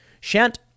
Shant